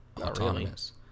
autonomous